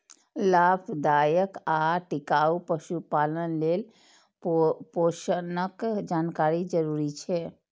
लाभदायक आ टिकाउ पशुपालन लेल पोषणक जानकारी जरूरी छै